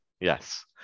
yes